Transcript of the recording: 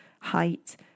height